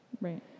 Right